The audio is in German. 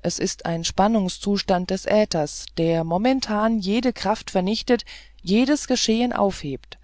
es ist ein spannungszustand des äthers der momentan jede kraft vernichtet jedes geschehen aufhebt